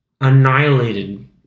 Annihilated